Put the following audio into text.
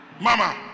Mama